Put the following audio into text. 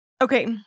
Okay